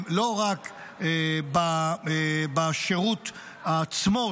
לא רק בשירות עצמו,